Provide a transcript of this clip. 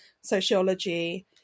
sociology